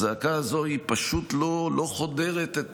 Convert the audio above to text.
הזעקה הזאת פשוט לא חודרת את